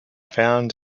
found